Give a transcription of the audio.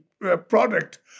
product